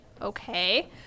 okay